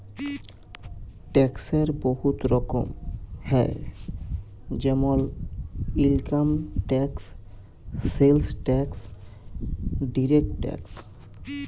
ট্যাক্সের বহুত রকম হ্যয় যেমল income tax, sales tax, direct tax